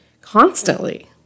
constantly